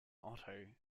otto